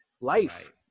life